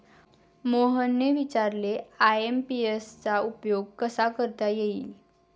मोहनने विचारले आय.एम.पी.एस चा उपयोग कसा करता येईल?